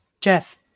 Jeff